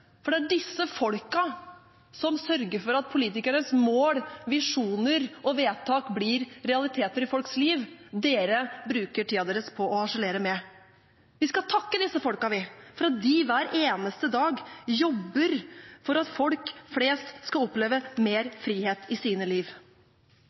for det er disse folkene, som sørger for at politikernes mål, visjoner og vedtak blir realiteter i folks liv, de bruker tiden sin på å harselere med. Vi skal takke disse folkene, vi, for at de hver eneste dag jobber for at folk flest skal oppleve mer